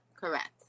correct